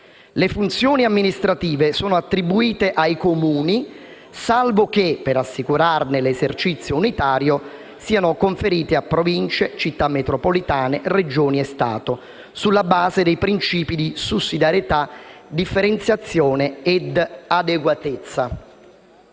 «Le funzioni amministrative sono attribuite ai Comuni salvo che, per assicurarne l'esercizio unitario, siano conferiti a Province, Città metropolitane, Regioni e Stato, sulla base dei principi di sussidiarietà, differenziazione ed adeguatezza».